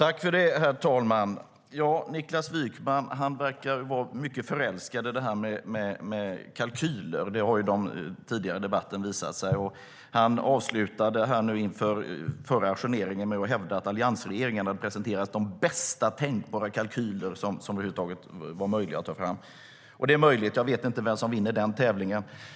Herr talman! Niklas Wykman verkar vara mycket förälskad i kalkyler. Det har visat sig tidigare i debatten. Han hävdade före ajourneringen att alliansregeringen har presenterat de bästa tänkbara kalkyler som över huvud taget var möjliga att ta fram. Det är möjligt att det är så. Jag vet inte vem som vinner den tävlingen. Herr talman!